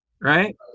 right